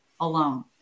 alone